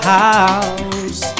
house